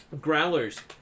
Growlers